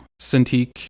Cintiq